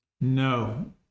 No